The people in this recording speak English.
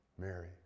Mary